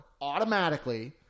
automatically